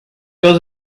goes